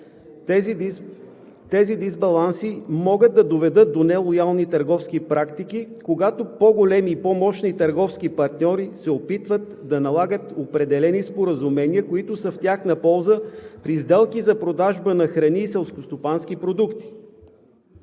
Тези дисбаланси могат да доведат до нелоялни търговски практики, когато по-големи и по-мощни търговски партньори се опитват да налагат определени споразумения, които са в тяхна полза при сделки за продажба на храни и селскостопански продукти.